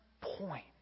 point